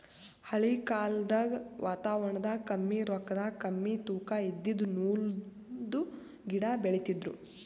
ಹಳಿ ಕಾಲ್ದಗ್ ವಾತಾವರಣದಾಗ ಕಮ್ಮಿ ರೊಕ್ಕದಾಗ್ ಕಮ್ಮಿ ತೂಕಾ ಇದಿದ್ದು ನೂಲ್ದು ಗಿಡಾ ಬೆಳಿತಿದ್ರು